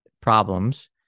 problems